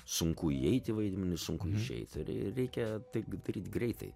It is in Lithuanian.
sunku įeiti į vaidmenį sunku išeit reikia tai daryt greitai